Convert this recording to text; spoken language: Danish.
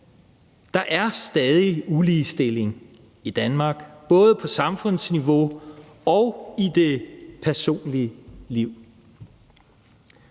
Der er stadig uligestilling i Danmark, både på samfundsniveau og i det personlige liv.